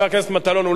חבר הכנסת מטלון,